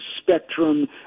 spectrum